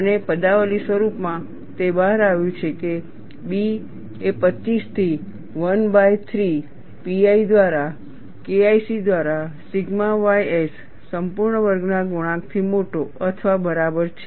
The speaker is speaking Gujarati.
અને પદાવલિ સ્વરૂપમાં તે બહાર આવ્યું છે કે B એ 25 થી 13 pi દ્વારા KIC દ્વારા સિગ્મા ys સંપૂર્ણ વર્ગના ગુણાંકથી મોટો અથવા બરાબર છે